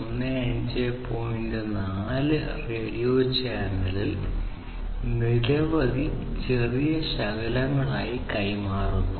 4 radio ചാനലിൽ നിരവധി ചെറിയ ശകലങ്ങളായി കൈമാറുന്നു